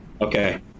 Okay